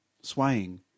swaying